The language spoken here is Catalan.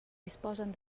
disposen